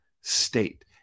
State